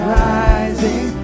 rising